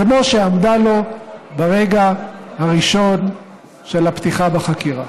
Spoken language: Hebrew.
כמו שעמדה לו ברגע הראשון של הפתיחה בחקירה.